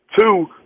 Two